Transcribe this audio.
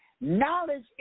Knowledge